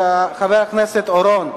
של חבר הכנסת אורון.